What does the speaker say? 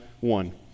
one